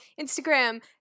Instagram